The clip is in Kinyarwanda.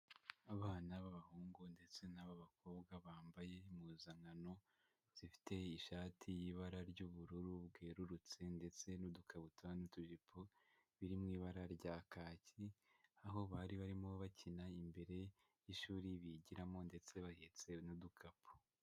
Abana b'abahungu ndetse n'ab'abakobwa, bambaye impuzankano zifite ishati y'ibara ry'ubururu bwerurutse, ndetse n'udukabutura n'utujipo biri mu ibara rya kaki, aho bari barimo bakina imbere y'ishuri bigiramo, ndetse bahetse n'udukapu.